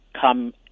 come